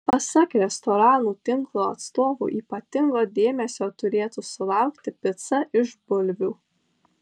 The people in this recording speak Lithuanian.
pasak restoranų tinklo atstovų ypatingo dėmesio turėtų sulaukti pica iš bulvių